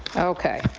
okay.